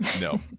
no